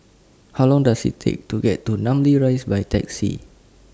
How Long Does IT Take to get to Namly Rise By Taxi